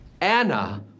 Anna